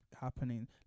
happening